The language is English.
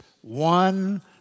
One